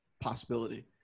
possibility